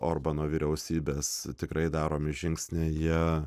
orbano vyriausybės tikrai daromi žingsniai jie